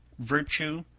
virtue,